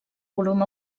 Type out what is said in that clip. volum